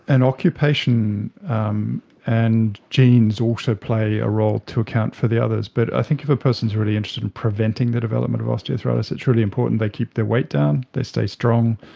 and occupation um and genes also play a role to account for the others. but i think if a person is really interested in preventing the development of osteoarthritis, it's really important they keep their weight down, they stay strong,